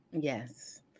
Yes